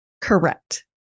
Correct